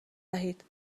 وحید